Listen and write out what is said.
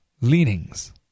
leanings